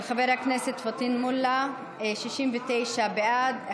של חבר הכנסת פטין מולא: 69 בעד,